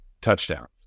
touchdowns